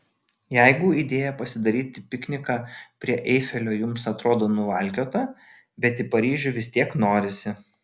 jeigu idėja pasidaryti pikniką prie eifelio jums atrodo nuvalkiota bet į paryžių vis tiek norisi